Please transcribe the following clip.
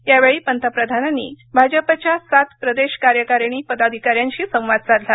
यावेळी पंतप्रधानांनी भाजपच्या सात प्रदेश कार्यकारिणी पदाधिकाऱ्यांशी संवाद साधला